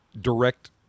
direct